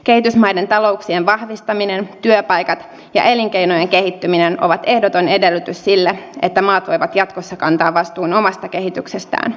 kehitysmaiden talouksien vahvistaminen työpaikat ja elinkeinojen kehittyminen ovat ehdoton edellytys sille että maat voivat jatkossa kantaa vastuun omasta kehityksestään